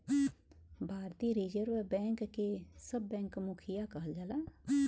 भारतीय reserve bank के सब बैंक क मुखिया कहल जाला